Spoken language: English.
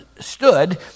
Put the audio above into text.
stood